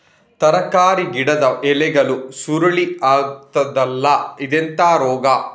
ತರಕಾರಿ ಗಿಡದ ಎಲೆಗಳು ಸುರುಳಿ ಆಗ್ತದಲ್ಲ, ಇದೆಂತ ರೋಗ?